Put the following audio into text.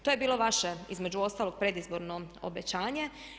To je bilo vaše između ostalog predizborno obećanje.